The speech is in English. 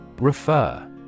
Refer